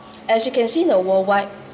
as you can see the worldwide